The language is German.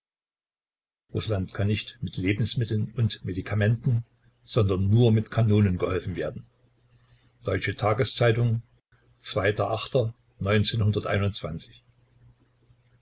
rußland kann nicht mit lebensmitteln und medikamenten sondern nur mit kanonen geholfen werden deutsche tageszeitung